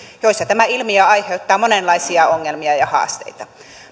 joissa tämä ilmiö aiheuttaa monenlaisia ongelmia ja haasteita